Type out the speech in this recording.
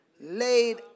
Laid